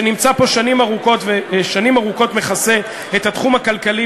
שנמצא פה שנים ארוכות ושנים ארוכות מכסה את התחום הכלכלי,